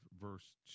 verse